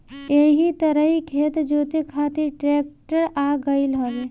एही तरही खेत जोते खातिर ट्रेक्टर आ गईल हवे